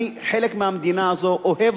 אני חלק מהמדינה הזאת, אוהב